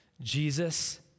Jesus